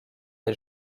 des